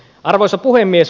arvoisa puhemies